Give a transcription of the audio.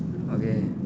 okay